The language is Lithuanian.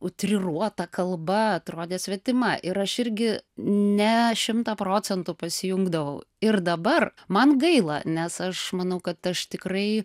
utriruota kalba atrodė svetima ir aš irgi ne šimtą procentų pasijungdavau ir dabar man gaila nes aš manau kad aš tikrai